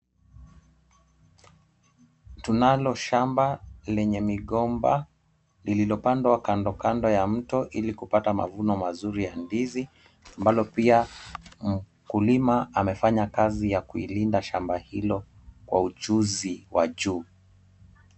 Tunalo shamba lenye migomba lililopandwa kando kando ya mto, ili kupata mavuno mazuri ya ndizi, ambalo pia mkulima amefanya kazi ya kuilinda shamba hilo kwa ujuzi wa juu.